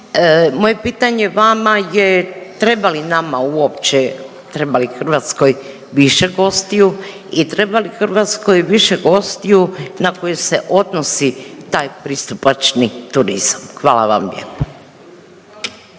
Moje pitanje vama je treba li nama uopće, treba li Hrvatskoj više gostiju i treba li Hrvatskoj više gostiju na koje se odnosi taj pristupačni turizam? Hvala vam